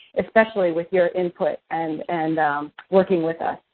especially with your input and and working with us.